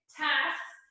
tasks